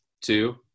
two